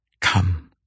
Come